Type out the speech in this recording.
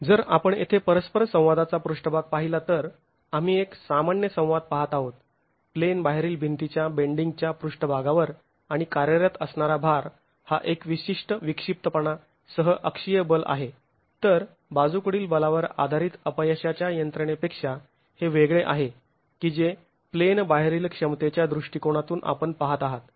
जर आपण येथे परस्पर संवादाचा पृष्ठभाग पाहिला तर आम्ही एक सामान्य संवाद पाहत आहोत प्लेन बाहेरील भिंतीच्या बेंडींगच्या पृष्ठभागावर आणि कार्यरत असणारा भार हा एक विशिष्ट विक्षिप्तपणा सह अक्षीय बल आहे तर बाजूकडील बलावर आधारित अपयशाच्या यंत्रणेपेक्षा हे वेगळे आहे की जे प्लेन बाहेरील क्षमतेच्या दृष्टीकोनातून आपण पाहत आहात